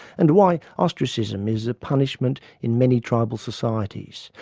and why ostracism is a punishment in many tribal societies,